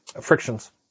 frictions